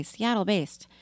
Seattle-based